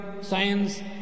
science